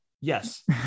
Yes